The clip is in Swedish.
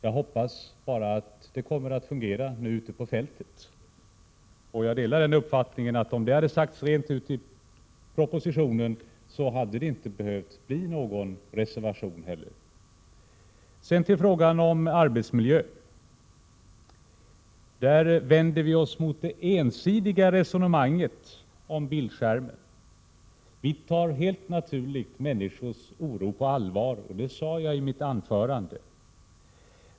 Jag hoppas bara att det kommer att fungera ute på fältet. Jag delar uppfattningen att om det hade sagts rent ut i propositionen, hade det inte behövt bli någon reservation. Sedan till frågan om arbetsmiljön. Där vänder vi oss mot det ensidiga resonemanget om bildskärmen. Vi tar helt naturligt människors oro på allvar, och det sade jag i mitt anförande.